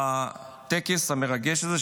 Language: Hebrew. בטקס המרגש הזה,